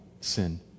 sin